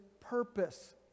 purpose